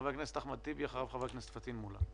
חבר הכנסת אחמד טיבי, אחריו חבר הכנסת פטין מולא.